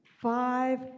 five